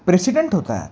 president होतात